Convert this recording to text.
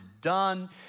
done